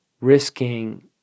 risking